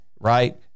right